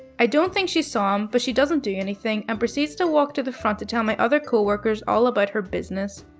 i don't think she saw him, but she doesn't do anything and proceeds to walk to the front to tell my other coworkers all about her business.